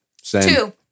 Two